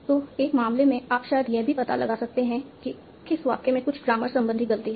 तो एक मामले में आप शायद यह भी पता लगा सकते हैं कि किस वाक्य में कुछ ग्रामर संबंधी गलती है